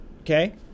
okay